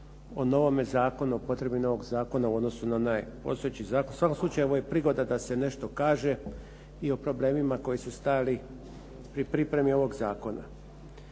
o potrebi novoga zakona u odnosu na onaj postojeći zakon. U svakom slučaju ovo je prigoda da se nešto kaže i o problemima koji su stajali pri pripremi ovog zakona.